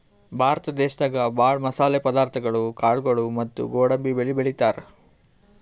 ಭಾರತ ದೇಶದಾಗ ಭಾಳ್ ಮಸಾಲೆ ಪದಾರ್ಥಗೊಳು ಕಾಳ್ಗೋಳು ಮತ್ತ್ ಗೋಡಂಬಿ ಬೆಳಿ ಬೆಳಿತಾರ್